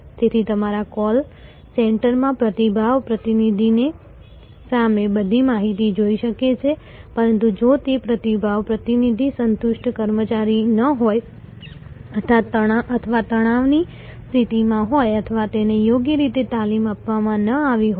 તેથી તમારા કોલ સેન્ટરમાં પ્રતિભાવ પ્રતિનિધિની સામે બધી માહિતી હોઈ શકે છે પરંતુ જો તે પ્રતિભાવ પ્રતિનિધિ સંતુષ્ટ કર્મચારી ન હોય અથવા તણાવની સ્થિતિમાં હોય અથવા તેને યોગ્ય રીતે તાલીમ આપવામાં ન આવી હોય